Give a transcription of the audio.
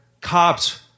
Cops